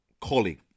colleague